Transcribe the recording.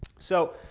so,